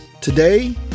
today